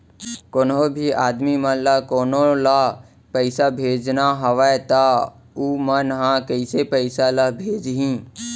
कोन्हों भी आदमी मन ला कोनो ला पइसा भेजना हवय त उ मन ह कइसे पइसा ला भेजही?